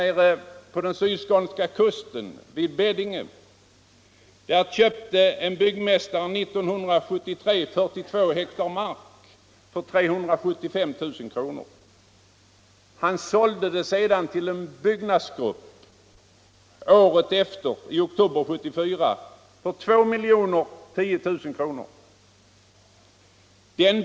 Nere på den sydskånska kusten, vid Beddinge, köpte en byggmästare 43 hektar mark för 375 000 kr. år 1973. Han sålde sedan marken till en byggnadsgrupp i oktober 1974 för 2010 000 kr.